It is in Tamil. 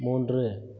மூன்று